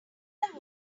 wonder